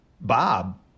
Bob